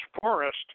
forest